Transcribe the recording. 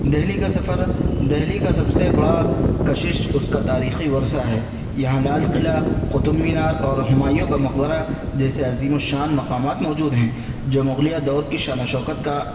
دہلی کا سفر دہلی کا سب سے بڑا کشش اس کا تاریخی ورثہ ہے یہاں لال قلعہ قطب مینار اور ہمایوں کا مقبرہ جیسے عظیم الشان مقامات موجود ہیں جو مغلیہ دور کی شان و شوکت کا